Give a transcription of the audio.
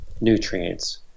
nutrients